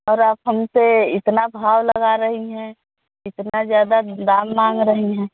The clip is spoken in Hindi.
और आप हम से इतना भाव लगा रही हैं इतना ज़्यादा दाम माँग रही हैं